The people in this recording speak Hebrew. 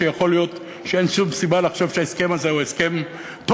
יכול להיות שאין שום סיבה לחשוב שההסכם הזה הוא הסכם טוב.